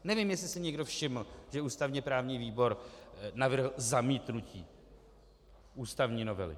Nevím, jestli si někdo všiml, že ústavněprávní výbor navrhl zamítnutí ústavní novely.